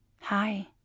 Hi